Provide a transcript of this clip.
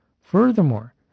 Furthermore